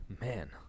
Man